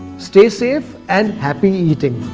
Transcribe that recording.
stay safe and happy eating!